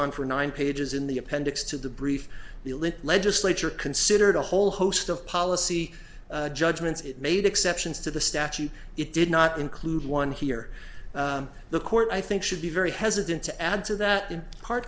on for nine pages in the appendix to the brief ulit legislature considered a whole host of policy judgments it made exceptions to the statute it did not include one here the court i think should be very hesitant to add to that in part